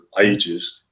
ages